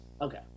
okay